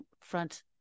front